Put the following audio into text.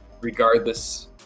regardless